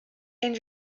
and